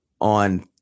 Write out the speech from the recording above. on